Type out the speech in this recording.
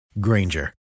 Granger